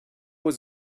was